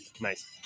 Nice